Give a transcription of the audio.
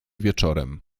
wieczorem